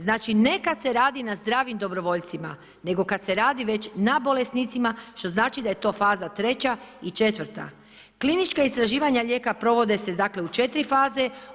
Znači, ne kad se radi na zdravim dobrovoljcima, nego kad se radi već na bolesnicima, što znači da je to faza 3. i 4. Klinička istraživanja lijeka provode se dakle u 4. faze.